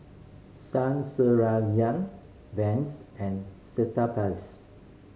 Saizeriya Vans and Cetaphil